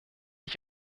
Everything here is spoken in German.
ich